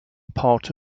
part